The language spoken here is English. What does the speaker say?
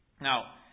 Now